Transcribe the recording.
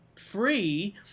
free